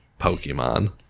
pokemon